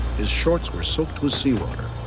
his shorts were soaked with seawater.